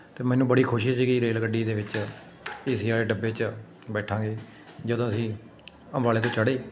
ਅਤੇ ਮੈਨੂੰ ਬੜੀ ਖੁਸ਼ੀ ਸੀਗੀ ਰੇਲ ਗੱਡੀ ਦੇ ਵਿੱਚ ਏ ਸੀ ਵਾਲੇ ਡੱਬੇ 'ਚ ਬੈਠਾਂਗੇ ਜਦੋਂ ਅਸੀਂ ਅੰਬਾਲੇ ਤੋਂ ਚੜ੍ਹੇ